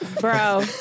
Bro